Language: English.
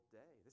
day